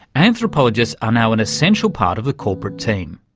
anthropologists are now an essential part of the corporate team,